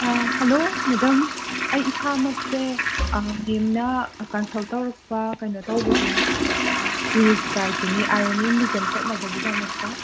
hello madam ꯑꯩ ꯏꯁꯥꯃꯛꯁꯦ ꯃꯦꯝꯅ ꯀꯟꯁꯜ ꯇꯧꯔꯛꯄ ꯀꯩꯅꯣ ꯇꯧꯕꯗꯨꯅꯦ ꯇꯨꯔꯤꯁ ꯒꯥꯏꯗꯇꯨꯅꯦ ꯑꯥꯏ ꯑꯦꯟ ꯑꯦ ꯃ꯭ꯌꯨꯖꯝ ꯆꯠꯅꯕꯒꯤꯗꯃꯛꯇ